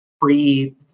pre